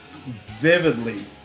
vividly